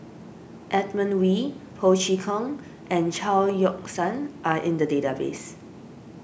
Edmund Wee Ho Chee Kong and Chao Yoke San are in the database